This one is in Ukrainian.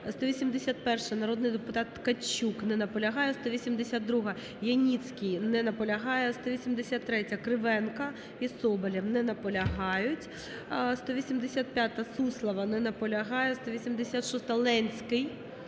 181-а, народний депутат Ткачук. Не наполягає. 182-а, Яніцький. Не наполягає. 183-я, Кривенко і Соболєв. Не наполягають. 185-а, Суслова. Не наполягає. 186-а, Ленський.